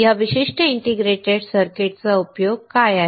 या विशिष्ट integrated circuit चा उपयोग काय आहे